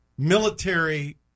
military